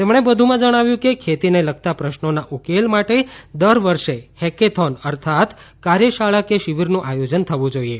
તેમણે વધુમાં જણાવ્યું કે ખેતીને લગતાં પ્રશ્નોના ઉકેલ માટે દર વર્ષે હૈકેથોન અર્થાત કાર્યશાળા કે શિબિરનું આયોજન થવું જોઈએ